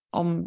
om